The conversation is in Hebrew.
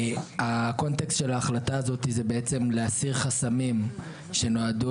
הקונטקסט של ההחלטה הזאת זה להסיר חסמים שנועדו